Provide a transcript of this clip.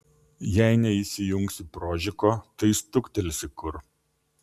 jei neįsijungsi prožiko tai stuktelsi kur